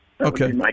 Okay